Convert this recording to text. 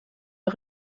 der